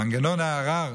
מנגנון הערר,